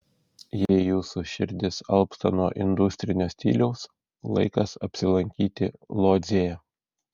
jei jūsų širdis alpsta nuo industrinio stiliaus laikas apsilankyti lodzėje